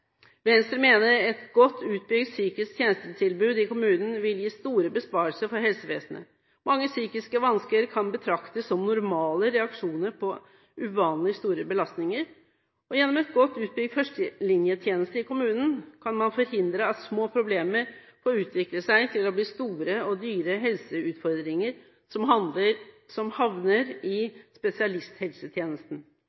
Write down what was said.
Venstre mener at et godt utbygd psykisk tjenestetilbud i kommunen vil gi store besparelser for helsevesenet. Mange psykiske vansker kan betraktes som normale reaksjoner på uvanlig store belastninger, og gjennom en godt utbygd førstelinjetjeneste i kommunen kan man forhindre at små problemer får utvikle seg til å bli store og dyre helseutfordringer som havner i